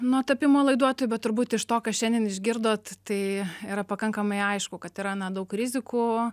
nuo tapimo laiduotoju bet turbūt iš to ką šiandien išgirdot tai yra pakankamai aišku kad yra na daug rizikų